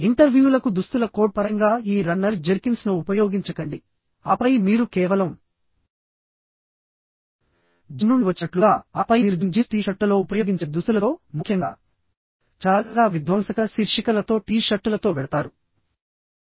ఇంటర్వ్యూలకు దుస్తుల కోడ్ పరంగా ఈ రన్నర్ జెర్కిన్స్ను ఉపయోగించకండి ఆపై మీరు కేవలం జిమ్ నుండి వచ్చినట్లుగా ఆపై మీరు జిమ్ జీన్స్ టీ షర్టులలో ఉపయోగించే దుస్తులతో ముఖ్యంగా చాలా విధ్వంసక శీర్షికలతో టీ షర్టులతో వెళతారు